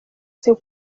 seu